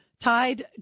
tied